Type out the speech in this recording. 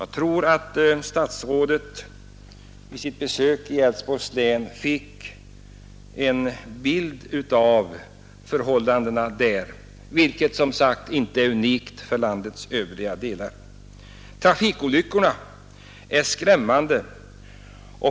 Jag tror att statsrådet vid sitt besök i Älvsborgs län fick en bild av förhållandena där, och dessa är inte heller unika i jämförelse med landets övriga delar. Trafikolyckorna är skrämmande.